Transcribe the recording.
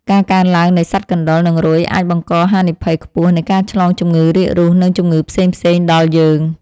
ការកើនឡើងនៃសត្វកណ្តុរនិងរុយអាចបង្កហានិភ័យខ្ពស់នៃការឆ្លងជំងឺរាករូសនិងជំងឺផ្សេងៗដល់យើង។